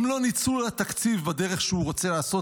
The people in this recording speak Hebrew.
גם לא ניצול התקציב בדרך שהוא רוצה לעשות,